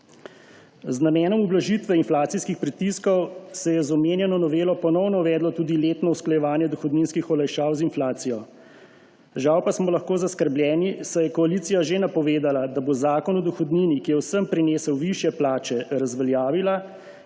Z namenom ublažitve inflacijskih pritiskov se je z omenjeno novelo ponovno uvedlo tudi letno usklajevanje dohodninskih olajšav z inflacijo. Žal pa smo lahko zaskrbljeni, saj je koalicija že napovedala, da bo Zakon o dohodnini, ki je vsem prinesel višje plače, razveljavila